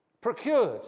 procured